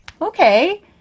Okay